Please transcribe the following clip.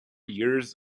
years